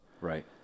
Right